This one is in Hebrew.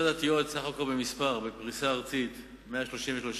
בסך הכול מספר המועצות הדתיות בפריסה ארצית הוא 133,